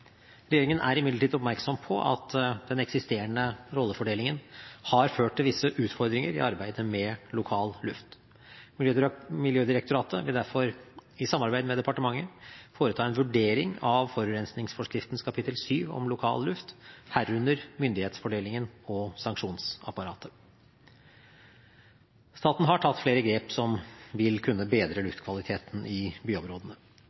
Regjeringen er imidlertid oppmerksom på at den eksisterende rollefordelingen har ført til visse utfordringer i arbeidet med lokal luft. Miljødirektoratet vil derfor i samarbeid med departementet foreta en vurdering av forurensningsforskriftens kapittel 7 om lokal luft, herunder myndighetsfordelingen og sanksjonsapparatet. Staten har tatt flere grep som vil kunne bedre luftkvaliteten i byområdene.